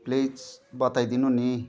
please बताइदिनु नि